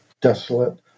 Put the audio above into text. desolate